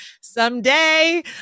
someday